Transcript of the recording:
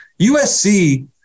USC